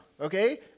okay